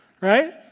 right